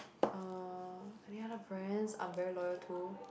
uh any other brands I'm very loyal to